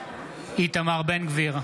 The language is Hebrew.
איתמר בן גביר,